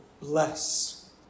bless